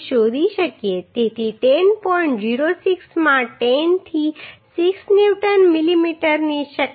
06 માં 10 થી 6 ન્યૂટન મિલીમીટરની શક્તિ